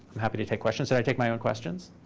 i'm happy to take questions. should i take my own questions?